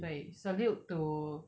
对 salute to